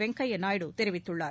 வெங்கைய நாயுடு தெரிவித்துள்ளார்